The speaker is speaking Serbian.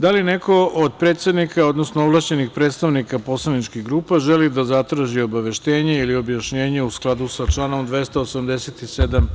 Da li neko od predsednika, odnosno ovlašćenih predstavnika poslaničkih grupa želi da zatraži obaveštenje ili objašnjenje u skladu sa članom 287.